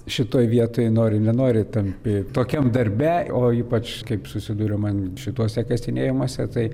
šitoj vietoj nori nenori tampi tokiam darbe o ypač kaip susiduriu man šituose kasinėjimuose tai